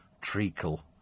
Treacle